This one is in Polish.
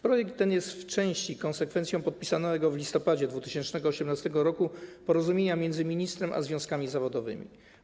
Projekt ten jest w części konsekwencją podpisanego w listopadzie 2018 r. porozumienia między ministrem a związkami zawodowymi.